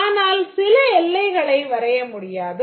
ஆனால் சில எல்லைகளை வரைய முடியாது